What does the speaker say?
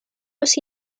los